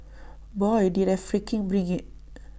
boy did I freaking bring IT